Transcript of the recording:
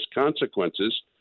consequences